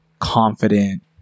confident